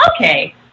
Okay